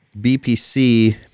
BPC